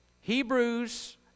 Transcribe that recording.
Hebrews